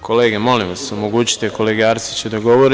Kolege molim vas, omogućite kolegi Arsiću da govori.